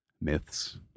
myths